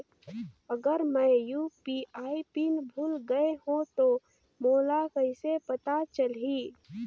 अगर मैं UPI PIN भुल गये हो तो मोला कइसे पता चलही?